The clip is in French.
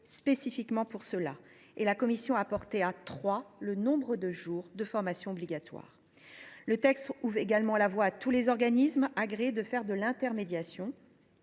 spécifiquement pour cela. Elle a aussi porté à trois le nombre de jours de formation obligatoire. Le texte ouvre également la voie à tous les organismes agréés pour faire de l’intermédiation.